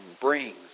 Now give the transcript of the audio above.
brings